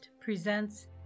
presents